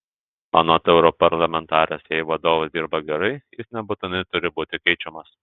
anot europarlamentarės jei vadovas dirba gerai jis nebūtinai turi būti keičiamas